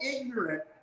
ignorant